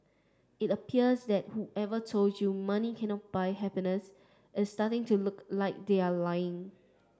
it appears that whoever told you money cannot buy happiness is starting to look like they are lying